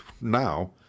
now